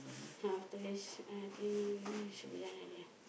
then after this I think should be done already lah